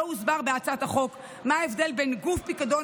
לא הוסבר בהצעת החוק מה ההבדל בין גוף פיקדון